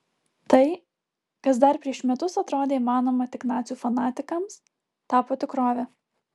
tai kas dar prieš metus atrodė įmanoma tik nacių fanatikams tapo tikrove